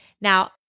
Now